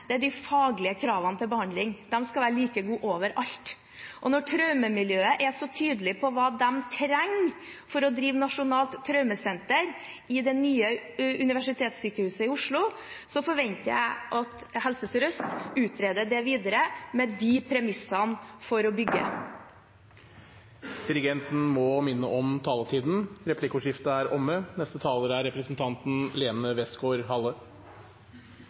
– er de faglige kravene til behandling. De skal være like gode overalt. Når traumemiljøet er så tydelig på hva de trenger for å drive nasjonalt traumesenter i det nye universitetssykehuset i Oslo, forventer jeg at Helse Sør-Øst utreder det videre, med de premissene for å bygge Dirigenten må minne om taletiden. Replikkordskiftet er omme. I forrige uke besøkte en del av oss som holder til her i salen, Svalbard. Det er